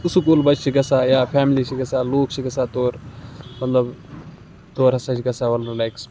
school بَچہِ چھِ گژھان یا فیملی چھِ گژھان لُکھ چھِ گژھان تور مطلب تور ہَسا چھِ گژھان وَلُر لیکَس منٛز